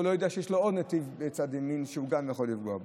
והוא לא יודע שיש לו עוד נתיב בצד ימין שגם יכול לפגוע בו.